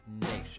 nation